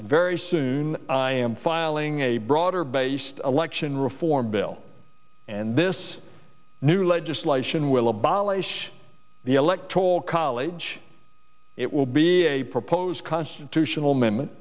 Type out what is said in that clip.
and very soon i am filing a broader based alexion reform bill and this new legislation will abolish the electoral college which it will be a proposed constitutional amendment